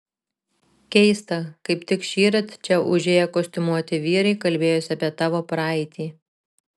keista kaip tik šįryt čia užėję kostiumuoti vyrai kalbėjosi apie tavo praeitį